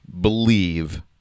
believe